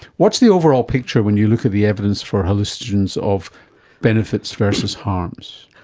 what's the overall picture when you look at the evidence for hallucinogens of benefits versus harms?